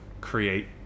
create